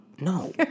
No